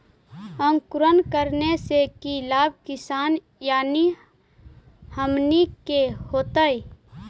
अंकुरण करने से की लाभ किसान यानी हमनि के होतय?